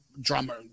drummer